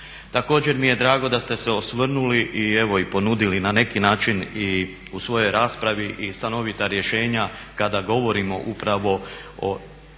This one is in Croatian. Također mi je drago da ste se osvrnuli i evo i ponudili na neki način i u svojoj raspravi i stanovita rješenja kada govorimo upravo o,